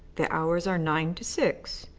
the hours are nine to six.